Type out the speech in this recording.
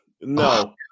No